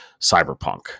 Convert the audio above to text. cyberpunk